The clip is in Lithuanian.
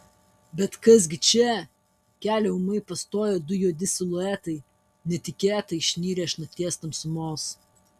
bet kas gi čia kelią ūmai pastojo du juodi siluetai netikėtai išnirę iš nakties tamsumos